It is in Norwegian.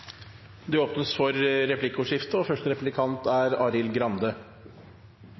Det åpnes for replikkordskifte. Det er